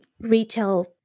retail